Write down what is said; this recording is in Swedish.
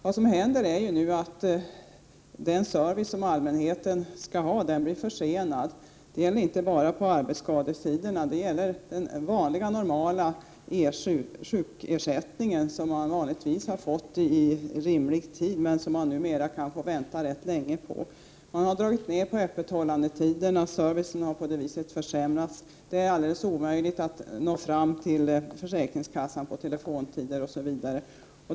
Vad som händer är ju nu att den service som allmänheten skall ha blir försenad. Det gäller inte bara på arbetsskadeområdet, utan också den vanliga sjukersättningen, som man tidigare oftast har fått i rimlig tid men som man numera kan få vänta rätt länge på. Man har dragit ner på öppethållandetiderna, och servicen har härigenom försämrats; det är alldeles omöjligt att nå fram till försäkringskassan på telefontid osv.